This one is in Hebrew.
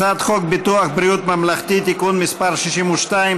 הצעת חוק ביטוח בריאות ממלכתי (תיקון מס' 62),